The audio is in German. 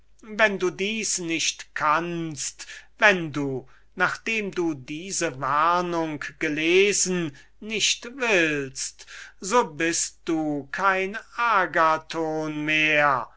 wenn du das nicht kannst wenn du nachdem du diese warnung gelesen nicht willst so bist du kein agathon mehr